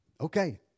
Okay